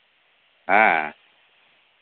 ᱦᱮᱸ